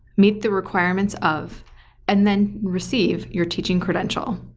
meet the requirements of and then receive your teaching credential,